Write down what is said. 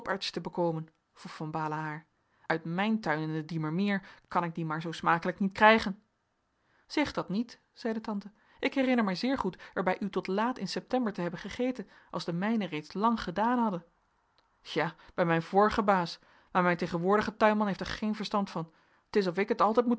te bekomen vroeg van baalen haar uit mijn tuin in den diemermeer kan ik die maar zoo smakelijk niet krijgen zeg dat niet zeide tante ik herinner mij zeer goed er bij u tot laat in september te hebben gegeten als de mijne reeds lang gedaan hadden ja bij mijn vorigen baas maar mijn tegenwoordige tuinman heeft er geen verstand van t is of ik het altijd